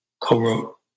co-wrote